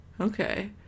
Okay